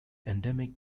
endemic